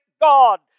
God